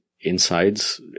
insides